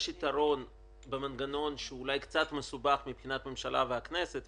יש יתרון במנגנון שאולי קצת מסובך מבחינת הממשלה והכנסת,